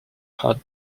hard